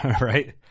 right